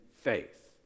faith